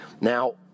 Now